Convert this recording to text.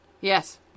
yes